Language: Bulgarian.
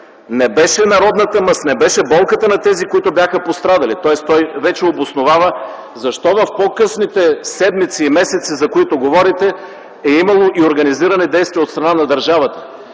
Не беше народната мъст, не беше болката на тези, които бяха пострадали...”, тоест той вече обосновава, защо в по-късните седмици и месеци, за които говорите, е имало и организирани действия от страна на държавата.